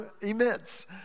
immense